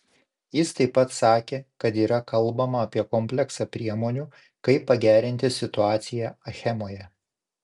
jis taip pat sakė kad yra kalbama apie kompleksą priemonių kaip pagerinti situaciją achemoje